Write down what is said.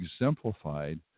exemplified